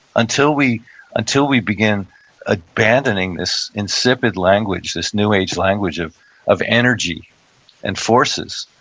until we until we begin abandoning this insipid language, this new age language of of energy and forces,